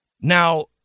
Now